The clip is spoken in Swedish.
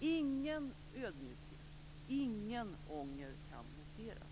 Ingen ödmjukhet, ingen ånger kan noteras.